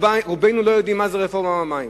רובנו לא יודעים מה היא הרפורמה במים.